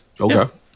Okay